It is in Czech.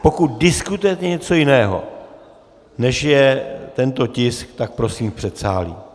Pokud diskutujete něco jiného, než je tento tisk, tak prosím v předsálí.